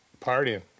partying